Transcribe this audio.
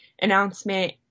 announcement